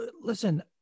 Listen